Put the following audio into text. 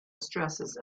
stresses